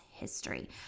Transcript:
History